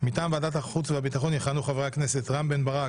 מטעם ועדת החוץ והביטחון יכהנו חברי הכנסת: רם בן ברק,